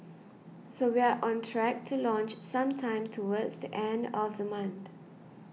so we're on track to launch sometime towards the end of the month